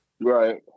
Right